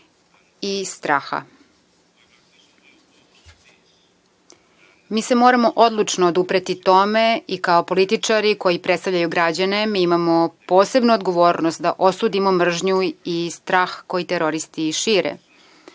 i straha. Mi se moramo odlučno odupreti tome i kao političari koji predstavljaju građane, imamo posebnu odgovornost da osudimo mržnju i strah koji teroristi šire. Iz